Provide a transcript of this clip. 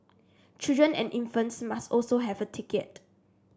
children and infants must also have a ticket